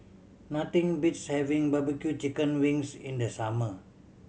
nothing beats having barbecue chicken wings in the summer